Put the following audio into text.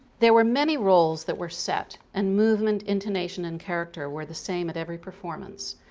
there were many roles that were set and movement, intonation, and character were the same at every performance.